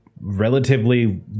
relatively